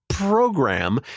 Program